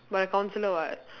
but I counsellor [what]